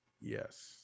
Yes